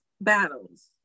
battles